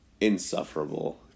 Insufferable